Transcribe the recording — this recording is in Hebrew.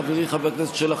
חברי חבר הכנסת שלח,